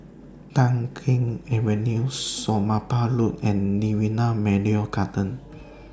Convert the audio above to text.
Tai Keng Avenue Somapah Road and Nirvana Memorial Garden